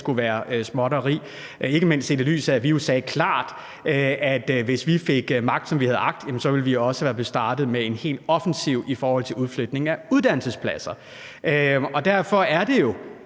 skulle være småtteri, ikke mindst set i lyset af at vi jo klart sagde, at hvis vi fik magt, som vi havde agt, ville vi også have startet med en hel offensiv i forhold til udflytning af uddannelsespladser. Derfor er